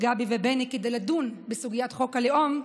גבי ובני כדי לדון בסוגיית חוק הלאום,